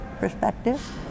Perspective